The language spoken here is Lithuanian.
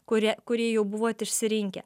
kurie kurį jau buvot išsirinkę